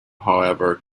however